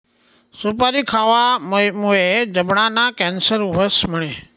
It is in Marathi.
सुपारी खावामुये जबडाना कॅन्सर व्हस म्हणे?